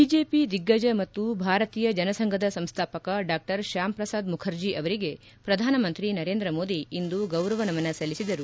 BJP ದಿಗ್ಗಜ ಮತ್ತು ಭಾರತೀಯ ಜನ ಸಂಘದ ಸಂಸ್ಟಾಪಕ ಡಾ ಶ್ಯಾಮ್ ಪ್ರಸಾದ್ ಮುಖರ್ಜಿ ಅವರಿಗೆ ಪ್ರಧಾನಮಂತ್ರಿ ನರೇಂದ್ರ ಮೋದಿ ಇಂದು ಗೌರವ ನಮನ ಸಲ್ಲಿಸಿದರು